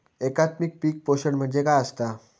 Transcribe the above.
एकात्मिक पीक पोषण म्हणजे काय असतां?